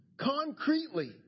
concretely